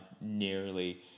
nearly